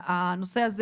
הנושא הזה